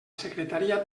secretaria